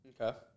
Okay